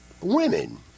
women